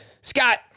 Scott